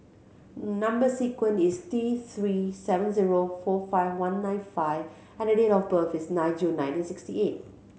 number sequence is T Three seven zero four five one nine five and the date of birth is nine June nineteen sixty eight